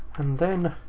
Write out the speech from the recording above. then.